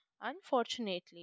Unfortunately